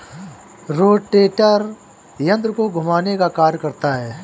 rotator यन्त्र को घुमाने का कार्य करता है